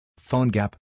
PhoneGap